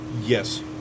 yes